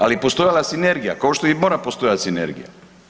Ali postojala je sinergija, kao što i mora postojati sinergija.